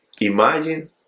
imagine